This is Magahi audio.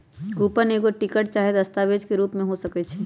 कूपन एगो टिकट चाहे दस्तावेज के रूप में हो सकइ छै